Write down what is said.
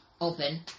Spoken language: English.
open